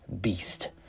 beast